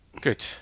Good